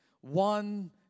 one